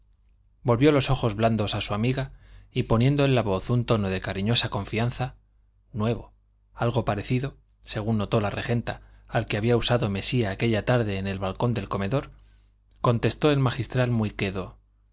volvió los ojos blandos a su amiga y poniendo en la voz un tono de cariñosa confianza nuevo algo parecido según notó la regenta al que había usado mesía aquella tarde en el balcón del comedor contestó el magistral muy quedo